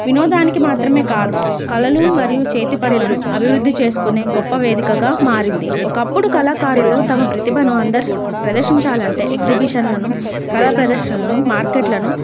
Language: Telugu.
వినోదానికి మాత్రమే కాదు కళలు మరియు చేతి పనులను అభివృద్ధి చేసుకునే గొప్ప వేదికగా మారింది ఒకప్పుడు కళాకారులు తమ ప్రతిభను అందరికి ప్రదర్శించాలంటే ఎగ్జిబిషన్లను కళా ప్రదర్శనలను మార్కెట్లను